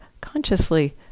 consciously